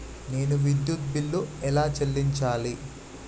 నేను విద్యుత్ బిల్లు ఎలా చెల్లించాలి?